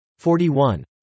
41